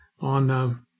on